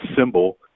symbol